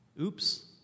oops